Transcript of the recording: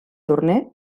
torner